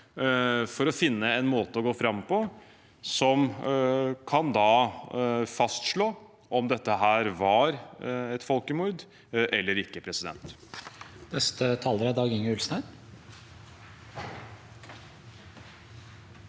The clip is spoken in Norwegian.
for å finne en måte å gå fram på som kan fastslå om dette var et folkemord eller ikke.